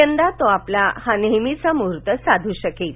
यंदा तो आपला हा नेहमीचा मुहूर्त साधू शकेल